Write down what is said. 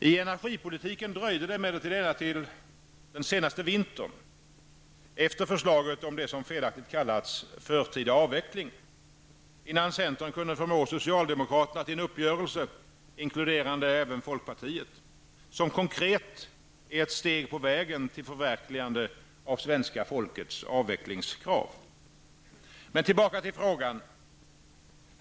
I energipolitiken dröjde det emellertid ända till den senaste vintern, efter förslaget om det som felaktigt kallats ''förtida avveckling'', innan centern kunde förmå socialdemokraterna till en uppgörelse -- inkluderande även folkpartiet -- som konkret är ett steg på vägen till förverkligande av svenska folkets avvecklingskrav. Tillbaka till frågan.